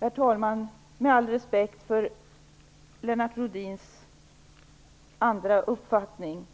Herr talman! Med all respekt för Lennart Rohdins uppfattning